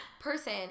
person